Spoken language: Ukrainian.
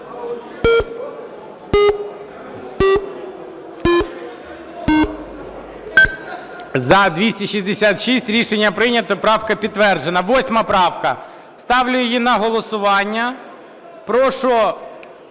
За-266 Рішення прийнято. Правка підтверджена. 8 правка. Ставлю її на голосування. Прошу